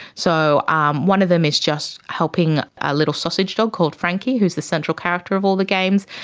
so um one of them is just helping a little sausage dog called frankie, who is the central character of all the games,